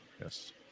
Yes